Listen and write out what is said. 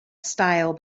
style